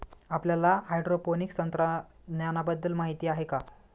आपल्याला हायड्रोपोनिक्स तंत्रज्ञानाबद्दल माहिती आहे का?